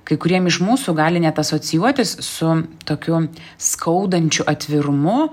kai kuriem iš mūsų gali net asocijuotis su tokiu skaudančiu atvirumu